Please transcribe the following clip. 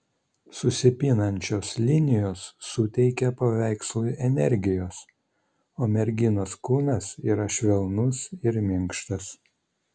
susipinančios linijos suteikia paveikslui energijos o merginos kūnas yra švelnus ir minkštas